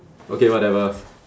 okay whatever